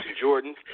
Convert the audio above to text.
Jordan